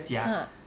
ah